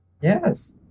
Yes